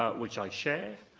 ah which i share.